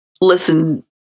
listen